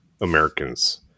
americans